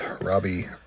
Robbie